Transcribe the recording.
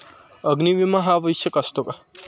अग्नी विमा हा आवश्यक असतो का?